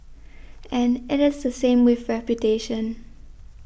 and it is the same with reputation